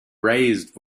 raised